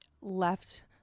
left